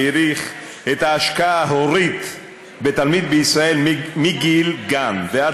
שהעריך את ההשקעה ההורית בתלמיד בישראל מגיל גן ועד